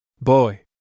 Boy